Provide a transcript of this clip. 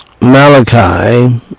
Malachi